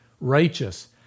righteous